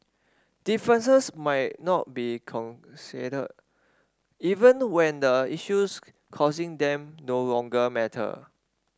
differences might not be consider even when the issues causing them no longer matter